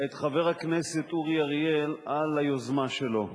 את חבר הכנסת אורי אריאל על היוזמה שלו.